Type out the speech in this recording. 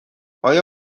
آیا